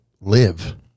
live